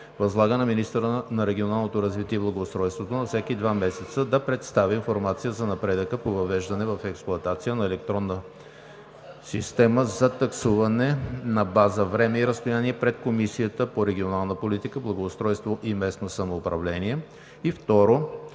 Възлага на министъра на регионалното развитие и благоустройството на всеки два месеца да представя информация за напредъка по въвеждане в експлоатация на електронната система за таксуване на база време и разстояние пред Комисията по регионална политика, благоустройство и местно самоуправление.